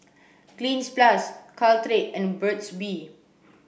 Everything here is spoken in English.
Cleanz plus Caltrate and Burt's bee